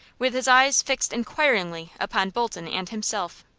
with his eyes fixed inquiringly upon bolton and himself.